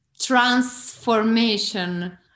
transformation